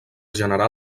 generar